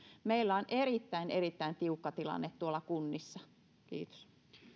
meillä on erittäin erittäin tiukka tilanne tuolla kunnissa kiitos